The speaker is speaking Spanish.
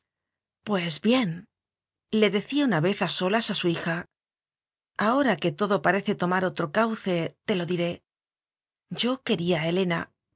lena pues bienle decía una vez a solas a su hija ahora que todo parece tomar otro cauce te lo diré yo quería a helena